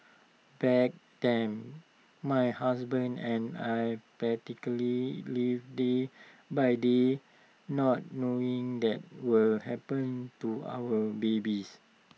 back then my husband and I practically lived day by day not knowing the what will happen to our babies